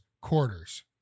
quarters